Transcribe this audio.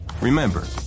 Remember